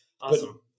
Awesome